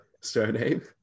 surname